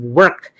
work